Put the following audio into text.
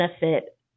benefit